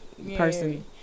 Person